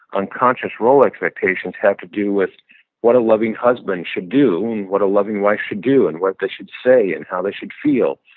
unconscious role expectations have to do with what a loving husband should do and what a loving wife should do and what they should say and how they should feel.